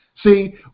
See